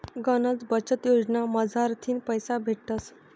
गनच बचत योजना मझारथीन पैसा भेटतस